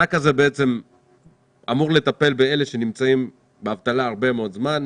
המענק הזה אמור לטפל באלה שנמצאים באבטלה הרבה מאוד זמן,